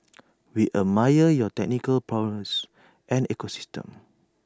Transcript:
we admire your technical prowess and ecosystem